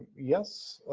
yes,